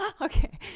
okay